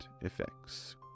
effects